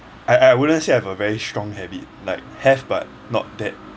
I I wouldn't say I have a very strong habit like have but not that